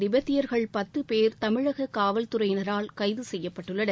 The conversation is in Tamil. திபெத்தியர்கள் பத்து பேர் தமிழக காவல்துறையினரால் கைது செய்யப்பட்டுள்ளனர்